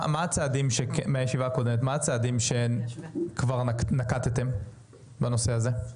מה הצעדים שכבר נקטתם בנושא הזה?